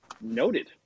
Noted